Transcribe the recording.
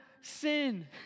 sin